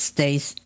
States